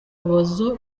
rubozo